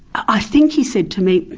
i think he said to me,